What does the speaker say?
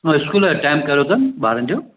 हा स्कूल जो टाइम कहिड़ो अथनि ॿारनि जो